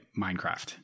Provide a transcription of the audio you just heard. minecraft